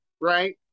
right